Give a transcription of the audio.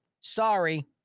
Sorry